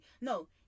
No